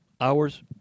hours